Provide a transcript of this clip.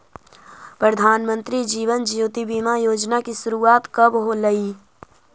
प्रधानमंत्री जीवन ज्योति बीमा योजना की शुरुआत कब होलई